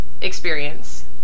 experience